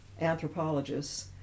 anthropologists